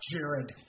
Jared